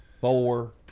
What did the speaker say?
four